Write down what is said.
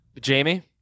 Jamie